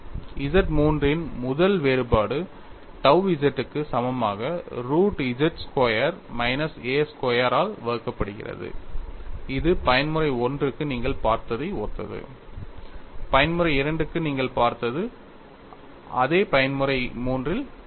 Z III இன் முதல் வேறுபாடு tau z க்கு சமமாக root z square minus a square ஆல் வகுக்கப்படுகிறது இது பயன்முறை I க்கு நீங்கள் பார்த்ததை ஒத்தது பயன்முறை II க்கு நீங்கள் பார்த்தது அதே பயன்முறை III யில் தோன்றும்